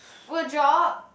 would drop